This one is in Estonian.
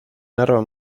narva